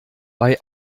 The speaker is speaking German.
bei